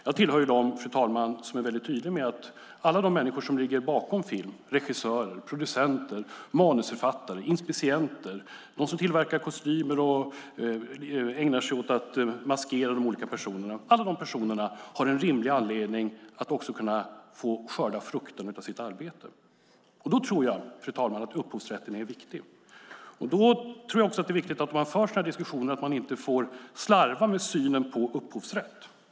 Jag tillhör dem som är tydliga med att alla människor som ligger bakom en film - regissörer, producenter, manusförfattare, inspicienter, de som tillverkar kostymer och ägnar sig åt att maskera de olika personerna - har en rimlig anledning att också kunna få skörda frukterna av sitt arbete. Då tror jag, fru talman, att upphovsrätten är viktig. När man för sådana här diskussioner tror jag också att det är viktigt att man inte slarvar med synen på upphovsrätt.